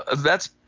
that's.